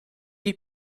j’ai